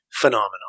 phenomenon